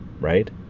Right